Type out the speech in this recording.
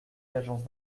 l’agence